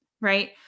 Right